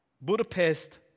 Budapest